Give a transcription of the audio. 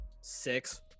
six